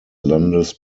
landes